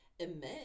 Emit